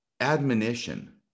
admonition